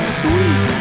sweet